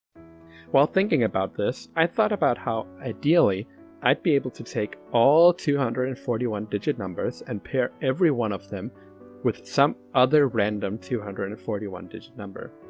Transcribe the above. while thinking about this, i thought about how ideally i'd be able to take all two hundred and forty one digit numbers, and pair every one of them with some other random two hundred and forty one digit number,